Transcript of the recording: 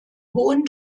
hohen